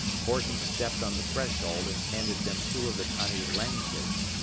horton stopped on the threshold and handed them two of the tiny langkits,